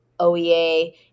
OEA